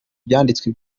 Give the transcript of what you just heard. ibyanditswe